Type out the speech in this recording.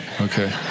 okay